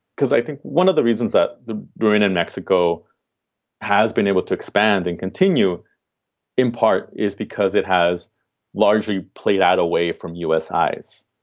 because i think one of the reasons that during a mexico has been able to expand and continue in part is because it has largely played out away from u s. eyes.